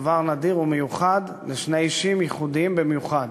דבר נדיר ומיוחד לשני אישים ייחודיים במיוחד,